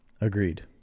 Agreed